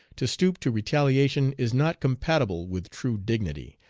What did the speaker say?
to stoop to retaliation is not compatible with true dignity,